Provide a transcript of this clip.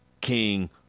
king